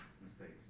mistakes